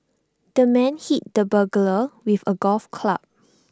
the man hit the burglar with A golf club